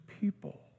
people